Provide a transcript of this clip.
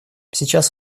сейчас